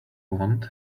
want